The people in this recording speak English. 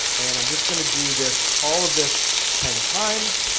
and i'm just going to do this, all of this ten times.